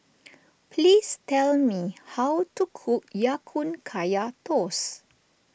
please tell me how to cook Ya Kun Kaya Toast